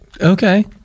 Okay